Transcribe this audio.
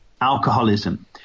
alcoholism